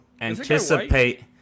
anticipate